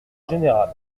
général